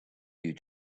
you